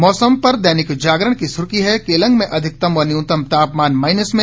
मौसम पर दैनिक जागरण की सुर्खी है केलांग में अधिकतम व न्यूनतम तापमान माइनस में